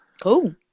Cool